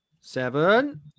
seven